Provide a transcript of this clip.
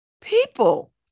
people